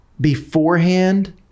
beforehand